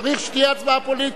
שצריך שתהיה הצבעה פוליטית.